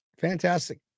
Fantastic